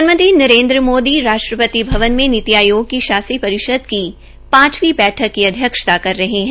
प्रधानमंत्री नरेन्द्र मोदी राष्ट्रपति भवन में नीति आयोग की शासी परिषद की पांचवी बैठक की अध्यक्षता कर रहे है